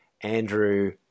Andrew